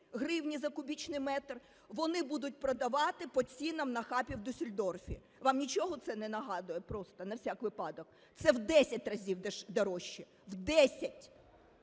гривні за кубічний метр, вони будуть продавати по цінам на хабі в Дюссельдорфі. Вам нічого це не нагадує, просто на всяк випадок? Це в 10 разів дорожче! В 10!